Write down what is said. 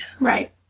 Right